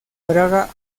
braga